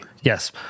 Yes